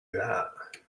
that